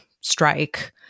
strike